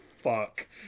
fuck